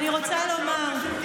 אני רוצה לומר,